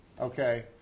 Okay